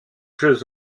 jeux